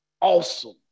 awesome